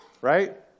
right